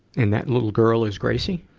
and that little girl is gracie?